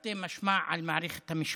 תרתי משמע, על מערכת המשפט,